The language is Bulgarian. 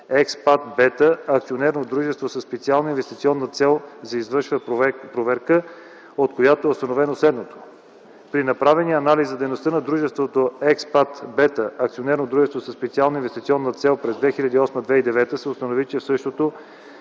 „Експат Бета” – Акционерно дружество със специална инвестиционна цел, се извършва проверка, от която е установено следното. При направения анализ за дейността на дружеството „Експат бета” АД със специална инвестиционна цел през 2008-2009 г. се установи, че в същото